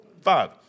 five